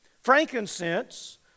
Frankincense